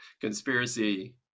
Conspiracy